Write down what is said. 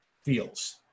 feels